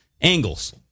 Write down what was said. Angles